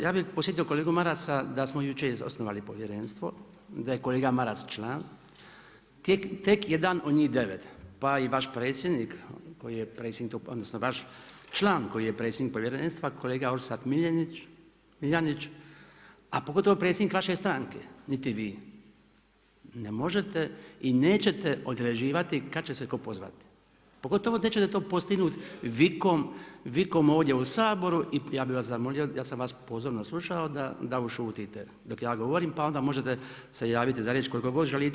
Ja bi podsjetio kolegu Marasa da smo jučer osnovali povjerenstvo i da je kolega Maras član, tek 1 od njih 9. Pa i vaš predsjednik, odnosno vaš član koji je predsjednik povjerenstva, kolega Orsat Miljanić, a pogotovo predsjednik vaše stranke, niti vi ne možete i nećete određivati kad će se tko pozvati, pogotovo nećete to postignuti vikom ovdje u Saboru i ja bih vas zamolio, ja sam vas pozorno slušao da ušutite dok ja govorim, pa onda se možete javiti za riječ koliko god želite.